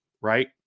right